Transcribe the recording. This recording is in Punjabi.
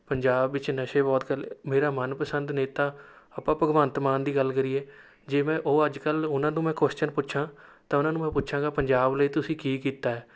ਪੰਜਾਬ ਵਿੱਚ ਨਸ਼ੇ ਬਹੁਤ ਕਰ ਲੇ ਮੇਰਾ ਮਨਪਸੰਦ ਨੇਤਾ ਆਪਾਂ ਭਗਵੰਤ ਮਾਨ ਦੀ ਗੱਲ ਕਰੀਏ ਜਿਵੇਂ ਉਹ ਅੱਜ ਕੱਲ੍ਹ ਉਹਨਾਂ ਨੂੰ ਮੈਂ ਕੁਐਸ਼ਨ ਪੁੱਛਾਂ ਤਾਂ ਉਹਨਾਂ ਨੂੰ ਮੈਂ ਪੁੱਛਾਂਗਾ ਪੰਜਾਬ ਲਈ ਤੁਸੀ ਕੀ ਕੀਤਾ ਹੈ